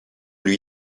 lui